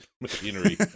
Machinery